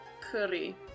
Curry